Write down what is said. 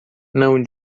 não